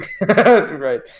Right